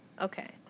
Okay